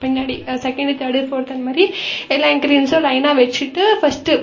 பின்னாடி second third fourth அந்த மாதிரி எல்லா இன்கிரியன்ஸும் லைனாக வைச்சிட்டு ஃபஸ்ட்டு